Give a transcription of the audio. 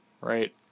right